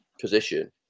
position